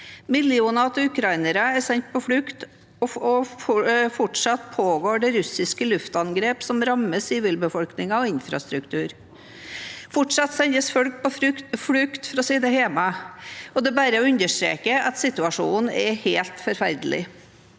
Millioner av ukrainere er sendt på flukt, og fortsatt pågår det russiske luftangrep som rammer sivilbefolkning og infrastruktur. Fortsatt sendes mennesker på flukt fra sine hjem. Det er bare å understreke at situasjonen er helt forferdelig.